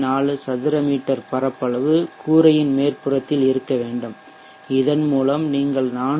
4 சதுர மீட்டர் பரப்பளவு கூரையின் மேற்புறத்தில் இருக்க வேண்டும் இதன் மூலம் நீங்கள் 418